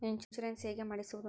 Insurance ಹೇಗೆ ಮಾಡಿಸುವುದು?